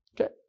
Okay